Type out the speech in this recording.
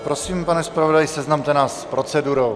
Takže prosím, pane zpravodaji, seznamte nás s procedurou.